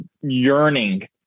yearning